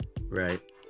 right